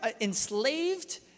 enslaved